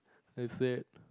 that's it